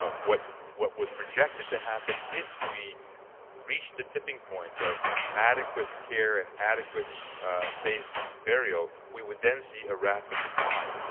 ah what, what was projected to happen if we reached the tipping point of adequate care and adequate safe burial we would then see a rapid decline.